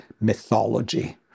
mythology